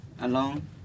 alone